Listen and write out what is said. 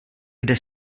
kde